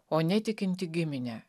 o netikinti gimine